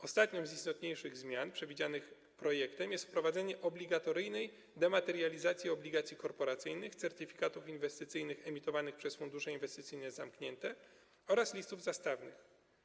Ostatnią z istotniejszych zmian przewidzianych projektem jest wprowadzenie obligatoryjnej dematerializacji obligacji korporacyjnych, certyfikatów inwestycyjnych emitowanych przez fundusze inwestycyjne zamknięte oraz listów zastawnych.